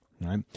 right